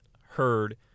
heard